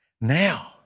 Now